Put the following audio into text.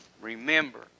Remember